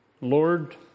Lord